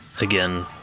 again